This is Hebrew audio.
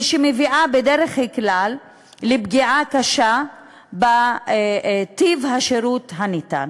היא גם מביאה בדרך כלל לפגיעה קשה בטיב השירות הניתן.